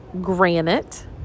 granite